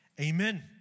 amen